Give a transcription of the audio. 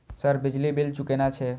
Sir बिजली bill चूकेना छे?